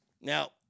Now